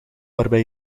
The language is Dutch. waarbij